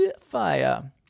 Fire